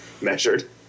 measured